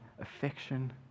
affection